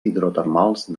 hidrotermals